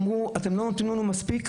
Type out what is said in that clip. אמרו: אתם לא נותנים לנו מספיק,